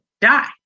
die